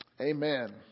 Amen